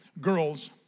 girls